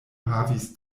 havis